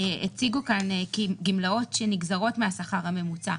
הציגו כאן גמלאות שנגזרות מהשכר הממוצע,